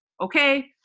okay